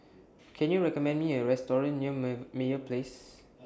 Can YOU recommend Me A Restaurant near May Meyer Place